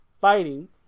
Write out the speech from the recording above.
fighting